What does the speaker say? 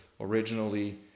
originally